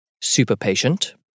Super-patient